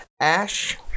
ash